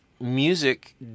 music